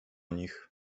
nich